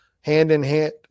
hand-in-hand